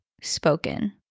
spoken